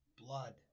blood